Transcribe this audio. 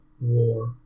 war